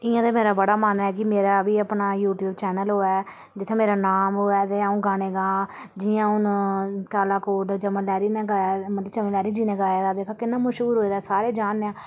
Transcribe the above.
इ'यां ते मेरा बड़ा मन ऐ की मेरा बी अपना यूट्यूब चैनल होऐ जि'त्थें मेरा नाम होऐ ते अ'ऊं गाने गांऽ जि'यां हून काला कोट चमन लहरी ने गाया मतलब चमन लहरी जी ने गाये दा कि'न्ना मशहूर होऐ दा सारे जानने आं